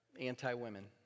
anti-women